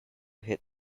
hit